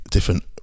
different